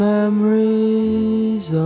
Memories